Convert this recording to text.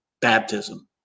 baptism